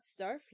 Starfleet